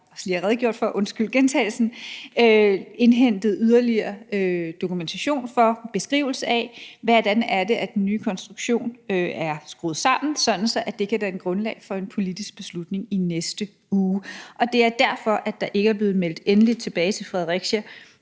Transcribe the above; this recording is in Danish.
også lige har redegjort for, undskyld gentagelsen, indhentet yderligere dokumentation for – en beskrivelse af, hvordan den nye konstruktion er skruet sammen, sådan at det kan danne grundlag for en politisk beslutning i næste uge. Og det er derfor, der ikke er blevet meldt endeligt tilbage til Fredericia